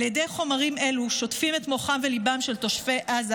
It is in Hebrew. על ידי חומרים אלו שוטפים את מוחם וליבם של תושבי עזה